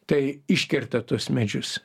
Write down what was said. tai iškerta tuos medžius